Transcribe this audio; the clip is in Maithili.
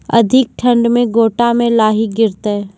अधिक ठंड मे गोटा मे लाही गिरते?